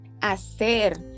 hacer